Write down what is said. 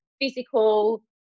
physical